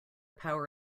power